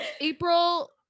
April